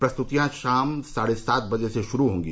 प्रस्तुतियां शाम साढ़े सात बजे से शुरू होंगी